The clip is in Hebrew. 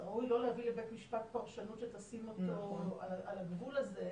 ראוי לא להביא לבית משפט פרשנות שתשים אותו על הגבול הזה.